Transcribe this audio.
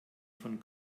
von